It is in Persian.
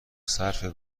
صرف